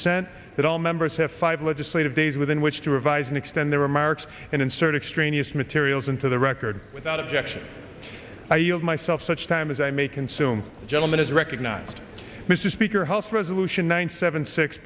consent that all members have five legislative days within which to revise and extend their remarks and insert extraneous materials into the record without objection i yield myself such time as i may consume the gentleman is recognized mr speaker house resolution one seven six